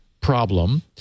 problem